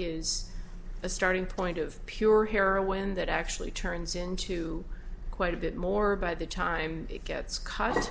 use a starting point of pure heroin that actually turns into quite a bit more by the time it gets cut